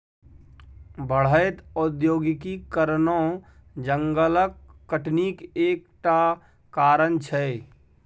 बढ़ैत औद्योगीकरणो जंगलक कटनीक एक टा कारण छै